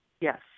Yes